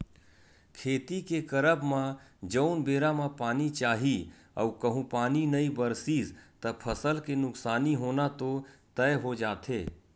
खेती के करब म जउन बेरा म पानी चाही अऊ कहूँ पानी नई बरसिस त फसल के नुकसानी होना तो तय हो जाथे